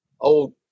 old